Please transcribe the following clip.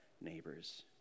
neighbors